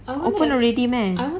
open already meh